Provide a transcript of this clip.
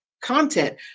content